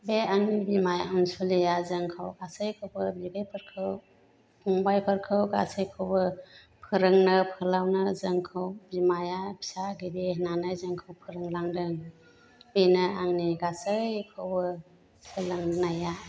बे आंनि बिमाया अनसुलिया जोंखौ गासैखौबो बिगैफोरखौ फंबायफोरखौ गासैखौबो फोरोंनो फोलावनो जोंखौ बिमाया फिसा गिबि होन्नानै जोंखौ फोरोंलांदों बिनो आंनि गासैखौबो सोलोंनाया